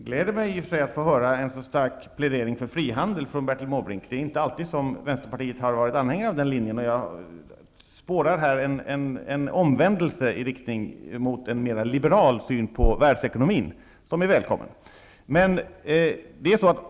Fru talman! Det gläder mig att få höra en så stark plädering för frihandel från Bertil Måbrink. Det är inte alltid som Vänsterpartiet har varit anhängare av den linjen. Jag spårar här en omvändelse i riktning mot en mera liberal syn på världsekonomin. Den är välkommen.